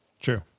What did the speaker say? True